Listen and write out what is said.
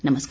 नमस्कार